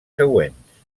següents